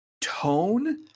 tone